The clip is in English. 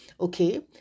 Okay